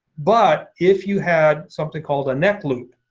but if you have something called a neck loop,